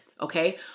Okay